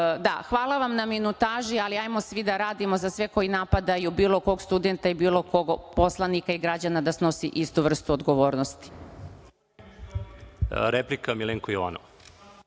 vam na minutaži, hajmo svi da radimo, ali svi koji napadaju bilo kog studenta, bilo kog poslanika ili građanina, treba da snosi istu vrstu odgovornosti.